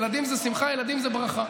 ילדים זה שמחה, ילדים זה ברכה.